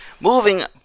Moving